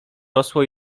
rosło